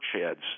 sheds